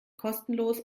kostenlos